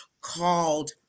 called